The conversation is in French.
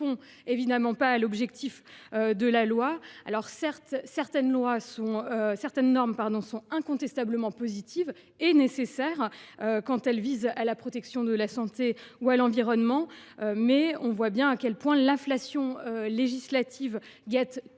évidemment pas à l’objectif de la proposition de loi. Certaines normes sont incontestablement positives et nécessaires quand elles visent la protection de la santé ou de l’environnement, mais on voit bien à quel point l’inflation législative guette tous